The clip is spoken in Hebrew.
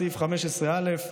סעיף 15א,